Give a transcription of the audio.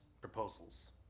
proposals